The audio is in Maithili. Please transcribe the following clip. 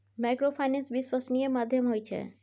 माइक्रोफाइनेंस विश्वासनीय माध्यम होय छै?